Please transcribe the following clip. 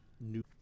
new